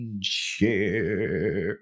share